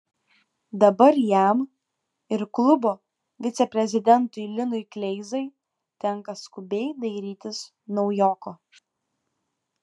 dabar jam ir klubo viceprezidentui linui kleizai tenka skubiai dairytis naujoko